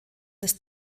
des